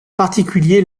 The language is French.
particulier